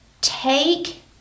take